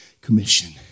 Commission